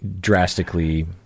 drastically